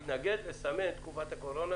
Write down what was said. אבל לא מתנגד לסמן את תקופת הקורונה